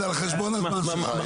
זה על חשבון הזמן שלך.